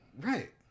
Right